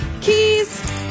Keys